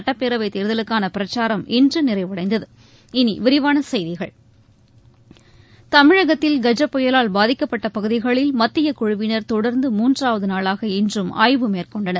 சட்டப்பேரவைத் தேர்தலுக்கான பிரச்சாரம் இன்று நிறைவடைந்தது இனி விரிவான செய்திகள் தமிழகத்தில் கஜ புயலால் பாதிக்கப்பட்ட பகுதிகளில் மத்தியக் குழுவினர் தொடர்ந்து மூன்றாவது நாளாக இன்றும் ஆய்வு மேற்கொண்டனர்